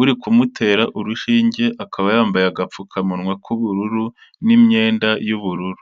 uri kumutera urushinge akaba yambaye agapfukamunwa k'ubururu n'imyenda y'ubururu.